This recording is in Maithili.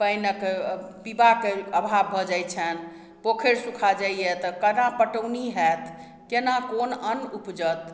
पानिक पीबाक अभाव भऽ जाइत छनि पोखरि सुखा जाइए तऽ केना पटौनी हैत केना कोन अन्न उपजत